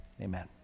Amen